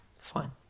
Fine